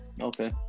Okay